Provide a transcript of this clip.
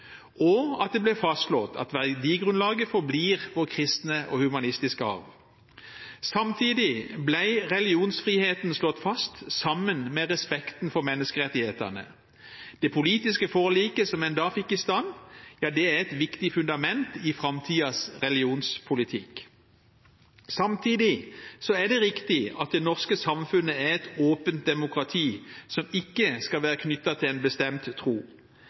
og at det ble fastslått at verdigrunnlaget forblir vår kristne og humanistiske arv. Samtidig ble religionsfriheten slått fast, sammen med respekten for menneskerettighetene. Det politiske forliket som en da fikk i stand, er et viktig fundament i framtidens religionspolitikk. Samtidig er det viktig at det norske samfunnet er et åpent demokrati, som ikke skal være knyttet til en bestemt tro.